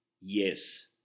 yes